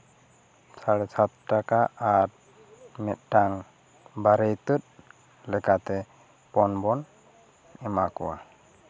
ᱥᱟᱲᱮ ᱥᱟᱛ ᱴᱟᱠᱟ ᱟᱨ ᱢᱤᱫᱴᱟᱝ ᱵᱟᱨᱮ ᱤᱛᱟᱹᱛ ᱞᱮᱠᱟᱛᱮ ᱯᱚᱱ ᱵᱚᱱ ᱮᱢᱟ ᱠᱚᱣᱟ